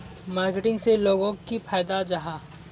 Marketing से लोगोक की फायदा जाहा?